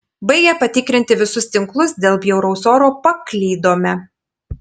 baigę patikrinti visus tinklus dėl bjauraus oro paklydome